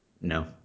no